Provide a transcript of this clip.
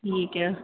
ਠੀਕ ਹੈ